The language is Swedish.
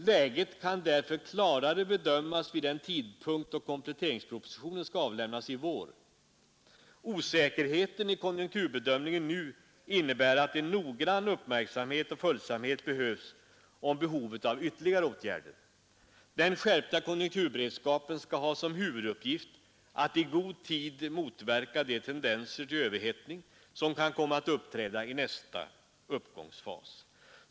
Läget kan därför klarare bedömas vid den tidpunkt då kompletteringspropositionen skall avlämnas i vår. Osäkerheten i konjunkturbedöm ningen nu innebär att en noggrann uppmärksamhet och följsamhet behövs om behovet av ytterligare åtgärder. Den skärpta konjunkturberedskapen skall ha som huvuduppgift att i god tid motverka de tendenser till överhettning som kan komma att uppträda i nästa uppgångsfas.